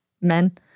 men